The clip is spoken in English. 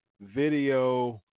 video